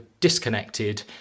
disconnected